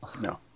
No